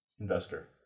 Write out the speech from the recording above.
investor